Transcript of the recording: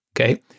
okay